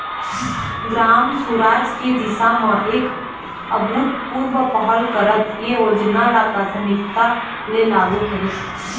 ग्राम सुराज की दिशा म एक अभूतपूर्व पहल करत ए योजना ल प्राथमिकता ले लागू करिस